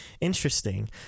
Interesting